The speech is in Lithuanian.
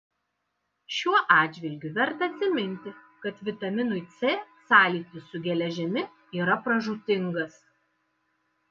šiuo atžvilgiu verta atsiminti kad vitaminui c sąlytis su geležimi yra pražūtingas